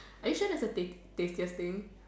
are you sure that's the tastiest thing